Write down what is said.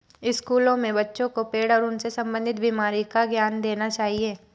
स्कूलों में बच्चों को पेड़ और उनसे संबंधित बीमारी का ज्ञान देना चाहिए